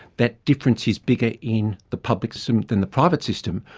that difference is bigger in the public system than the private system,